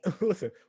listen